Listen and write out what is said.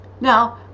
Now